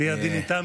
תהיה עדין איתם,